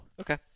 Okay